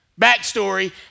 backstory